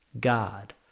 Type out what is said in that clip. God